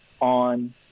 on